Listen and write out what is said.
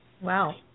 Wow